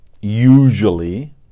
usually